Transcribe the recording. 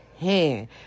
hand